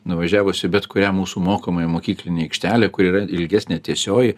nuvažiavus į bet kurią mūsų mokomąją mokyklinę aikštelę kur yra ilgesnė tiesioji